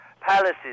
palaces